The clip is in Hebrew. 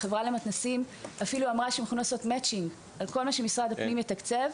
החברה למתנ"סים אמרה שהיא מוכנה לעשות מצ'ינג וכל מה שמשרד הפנים יתקצב,